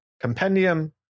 compendium